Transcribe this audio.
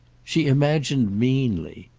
she imagined meanly.